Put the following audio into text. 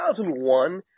2001